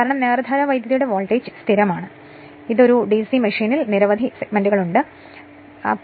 കാരണം നേർധാരാ വൈദ്യുതിയുടെ വോൾട്ടേജ് സ്ഥിരമാണ് എന്നാൽ ഒരു ഡിസി മെഷീനിൽ നിങ്ങൾക്ക് നിരവധി സെഗ്മെന്റുകൾ ഉണ്ട് നിങ്ങൾ കൃത്യമായ ചിത്രത്തിൽ കാണാത്തിടത്തോളം